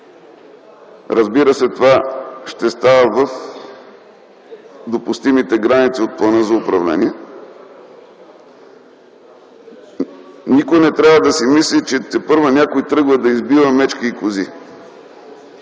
Разбира се, това ще трябва да става в допустимите граници от плана за управление. Никой не трябва да си мисли, че тепърва някой тръгва да избива мечки и кози.